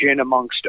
amongst